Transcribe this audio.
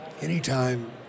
Anytime